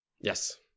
Yes